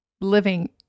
living